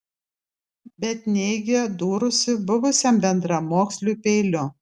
bet neigė dūrusi buvusiam bendramoksliui peiliu